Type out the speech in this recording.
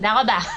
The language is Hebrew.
תודה רבה.